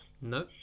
no